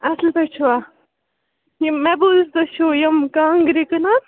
اَصٕل پٲٹھۍ چھُوا یِم مےٚ بوٗز تُہۍ چھُو یِم کانٛگرِ کٕنان